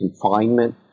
confinement